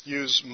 use